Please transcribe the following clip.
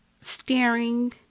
staring